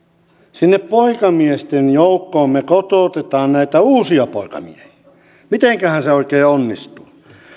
sinne poikamiesten joukkoon me kotoutamme näitä uusia poikamiehiä mitenkähän se oikein onnistuu